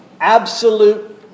Absolute